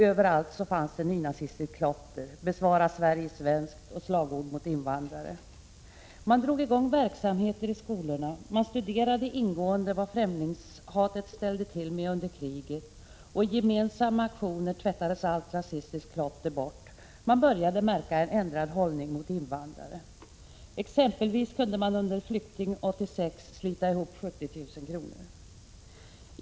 Överallt fanns nynazistiskt klotter som ”Bevara Sverige Svenskt” och slagord mot invandrare. Man drog i gång verksamheter i skolorna. Man studerade ingående vad främlingshatet ställde till med under kriget. I gemensamma aktioner tvättades allt rasistiskt klotter bort. Då började man märka en ändrad hållning mot invandrarna. Exempelvis kunde man under kampanjen Flykting 86 få ihop 70 000 kr.